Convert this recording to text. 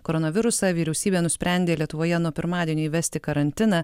koronavirusą vyriausybė nusprendė lietuvoje nuo pirmadienio įvesti karantiną